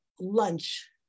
lunch